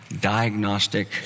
diagnostic